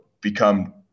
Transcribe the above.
become